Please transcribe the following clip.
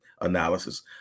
analysis